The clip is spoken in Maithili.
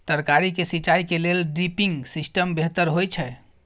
तरकारी के सिंचाई के लेल ड्रिपिंग सिस्टम बेहतर होए छै?